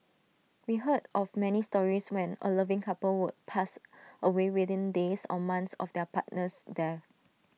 we heard of many stories when A loving couple would pass away within days or months of their partner's death